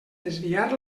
desviar